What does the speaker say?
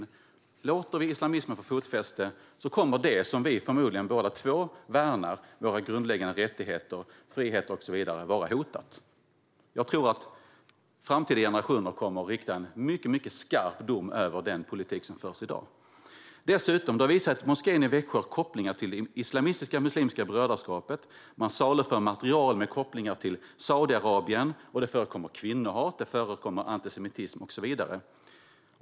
Om vi låter islamismen få fotfäste kommer det som jag och Alice Bah Kuhnke förmodligen båda värnar - våra grundläggande rättigheter, friheter och så vidare - att vara hotat. Jag tror att framtida generationer kommer att fälla en mycket skarp dom över den politik som förs i dag. Det har dessutom visat sig att moskén i Växjö har kopplingar till den islamistiska organisationen Muslimska brödraskapet. Man saluför material som har kopplingar till Saudiarabien. Det förekommer kvinnohat, och det förekommer antisemitism och så vidare.